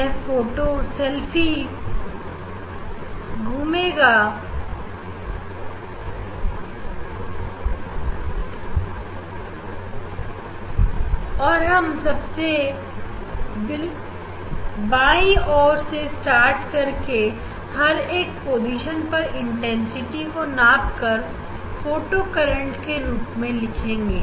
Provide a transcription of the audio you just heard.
यह photo selfie घूमेगा हम सबसे पहले बिल्कुल भाई और से स्टार्ट करके हर एक पोजीशन पर इंटेंसिटी को नाप कर फोटो करंट के रूप में लिखेंगे